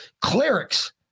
clerics